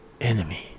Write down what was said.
enemy